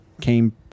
came